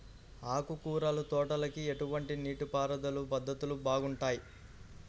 ఆకుకూరల తోటలకి ఎటువంటి నీటిపారుదల పద్ధతులు బాగుంటాయ్?